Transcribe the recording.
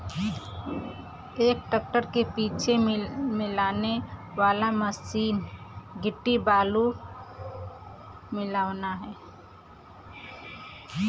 एक ठे पीसे मिलावे वाला मसीन गिट्टी बालू मिलावला